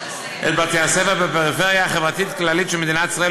את בתי-הספר בפריפריה החברתית-כלכלית של מדינת ישראל,